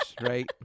right